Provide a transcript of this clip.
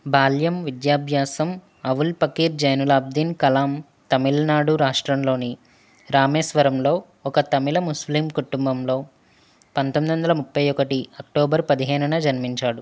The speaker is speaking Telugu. బాల్యం విద్యాభ్యాసం అవుల్ పకీర్ జైనులబ్దీన్ కలామ్ తమిళనాడు రాష్ట్రంలోని రామేశ్వరంలో ఒక తమిళ ముస్లిం కుటుంబంలో పంతొమ్మిది వందల ముప్ఫై ఒకటి అక్టోబరు పదిహేనున జన్మించాడు